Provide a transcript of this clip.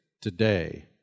today